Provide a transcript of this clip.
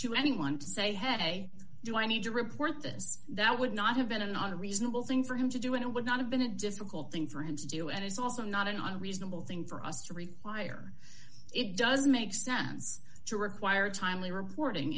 to anyone to say headway do i need to report this that would not have been a not a reasonable thing for him to do it would not have been a difficult thing for him to do and it's also not an unreasonable thing for us to require it doesn't make sense to require timely reporting